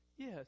Yes